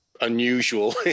unusual